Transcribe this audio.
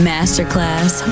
Masterclass